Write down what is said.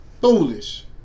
Foolish